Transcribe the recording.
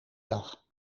dag